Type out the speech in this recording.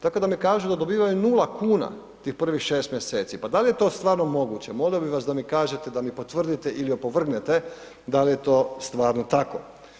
Tako da mi kažu da dobivaju 0 kuna tih prvih 6 mj., pa da li je to stvarno moguće, molio bi vas mi kažete, da mi potvrdite ili opovrgnete da li je to stvarno tako.